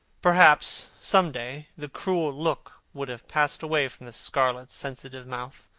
perhaps, some day, the cruel look would have passed away from the scarlet sensitive mouth,